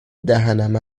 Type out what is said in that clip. دهنم